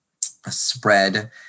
spread